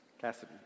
Cassidy